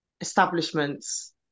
establishments